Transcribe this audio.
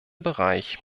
bereich